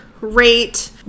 Rate